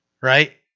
right